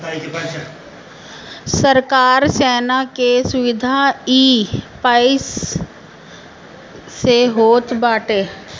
सरकार सेना के सुविधा इ पईसा से होत बाटे